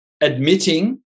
admitting